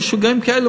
משוגעים כאלה,